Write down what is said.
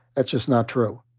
that's just not true.